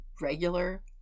regular